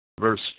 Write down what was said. Verse